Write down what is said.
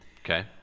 Okay